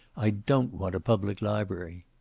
i don't want a public library.